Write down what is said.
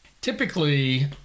Typically